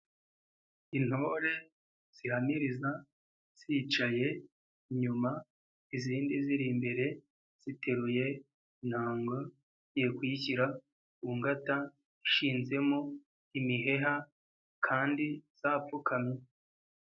Intore, zihamiriza, zicaye, inyuma, izindi ziri imbere, ziteruye, inanga, zigiye kuyishyira, ku ngata, ishinzemo imiheha, kandi zapfukamye.